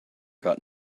got